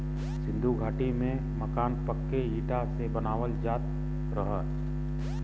सिन्धु घाटी में मकान पक्के इटा से बनावल जात रहे